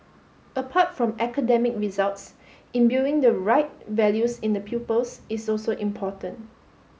apart from academic results imbuing the right values in the pupils is also important